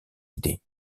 idée